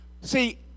see